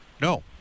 No